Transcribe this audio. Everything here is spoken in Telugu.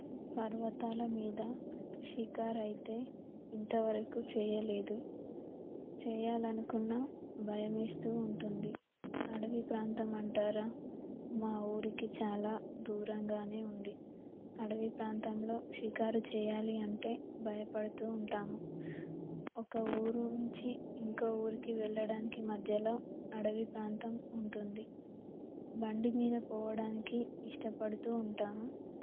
పర్వతాల మీద షికారు అయితే ఇంతవరకు చేయలేదు చేయాలని అనుకున్న భయం వేస్తు ఉంటుంది అడవి ప్రాంతం అంటారా మా ఊరికి చాలా దూరంగా ఉంది అడవి ప్రాంతంలో షికారు చేయాలి అంటే భయపడుతు ఉంటాము ఒక ఊరు నుంచి ఇంకో ఊరికి వెళ్ళడానికి మధ్యలో అడవి ప్రాంతం ఉంటుంది బండి మీద పోవడానికి ఇష్టపడుతు ఉంటాను